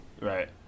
Right